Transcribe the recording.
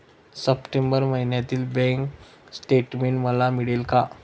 September महिन्यातील bank statement मला मिळेल का?